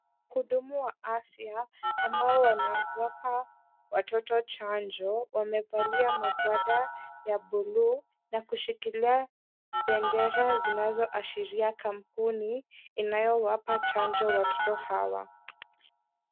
Mhudumu wa afya ambaye anaweka watoto chanjo wamevalia magwanda ya buluu na kusikilia bendera zinazoashria kampuni inayowapa chanjo watoto hawa.